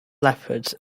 leopards